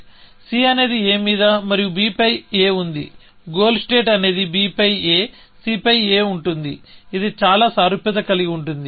c అనేది a మీద మరియు b పై a ఉంది గోల్ స్టేట్ అనేది b పై a c పై a ఉంటుంది ఇది చాలా సారూప్యత కలిగి ఉంటుంది